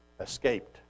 escaped